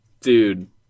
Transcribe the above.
Dude